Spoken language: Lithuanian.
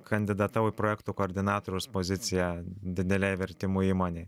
kandidatavau į projektų koordinatoriaus poziciją didelėj vertimų įmonėj